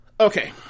Okay